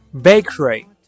Bakery